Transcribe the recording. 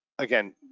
again